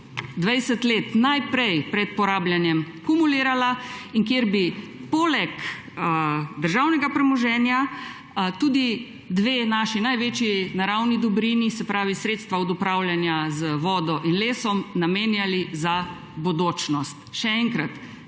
20 let pred porabljanjem kumulirala in kjer bi poleg državnega premoženja tudi dve naši največji naravni dobrini, se pravi sredstva od upravljanja z vodo in lesom, namenjali za bodočnost. Še enkrat,